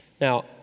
Now